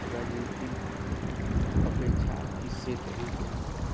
राजनीतिक अपेक्षा किससे कहें क्या कहें